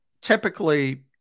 typically